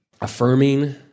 affirming